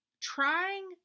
trying